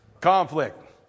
Conflict